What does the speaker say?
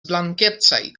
blankecaj